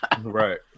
Right